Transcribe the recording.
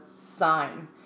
sign